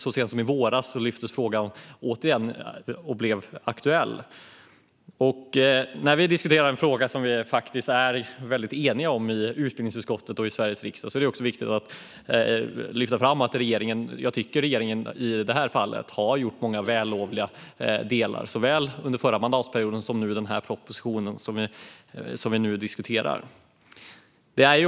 Så sent som i våras aktualiserades frågan återigen. När vi diskuterar en fråga som vi är eniga om i utbildningsutskottet i riksdagen är det också viktigt att lyfta fram att regeringen har gjort många vällovliga insatser såväl under förra mandatperioden som i den proposition vi nu diskuterar.